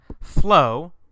Flow